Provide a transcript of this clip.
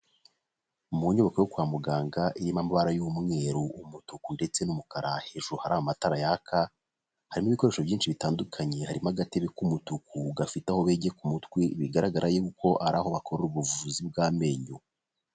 Mu nyubako yo kwa muganga irimo amabara y'umweru, umutuku ndetse n'umukara, hejuru hari amatara yaka, harimo ibikoresho byinshi bitandukanye, harimo agatebe k'umutuku gafite aho begeka umutwe, bigaragara y’uko ari aho bakorera ubuvuzi bw'amenyo.